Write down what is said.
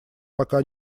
пока